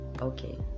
okay